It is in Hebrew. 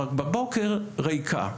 רק בבוקר ריקה,